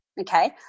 Okay